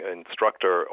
instructor